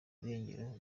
irengero